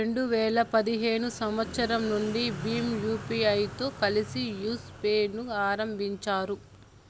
రెండు వేల పదిహేడు సంవచ్చరం నుండి భీమ్ యూపీఐతో కలిసి యెస్ పే ను ఆరంభించారు